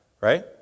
right